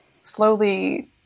slowly